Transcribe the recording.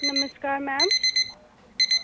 नमस्कार मैम